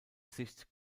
sicht